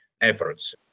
efforts